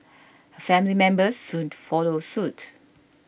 her family members soon followed suit